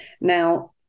Now